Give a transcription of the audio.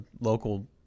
local –